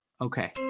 Okay